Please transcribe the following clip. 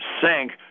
sank